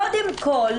קודם כול,